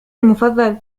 المفضل